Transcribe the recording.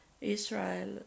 Israel